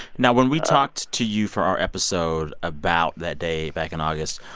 now, when we talked to you for our episode about that day back in august,